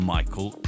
Michael